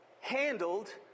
handled